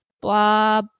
Blah